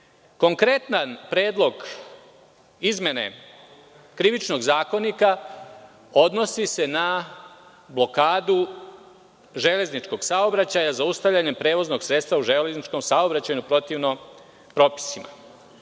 konkretan predlog izmene Krivičnog zakonika odnosi se na blokadu železničkog saobraćaja zaustavljanjem prevoznog sredstva u železničkom saobraćaju protivno propisima.